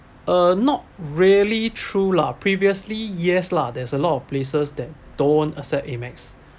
uh not really true lah previously yes lah there's a lot of places that don't accept Amex